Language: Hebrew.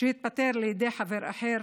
שהתפטר לידי חבר אחר,